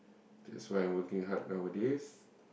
that's why I working hard nowadays